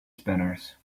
spinners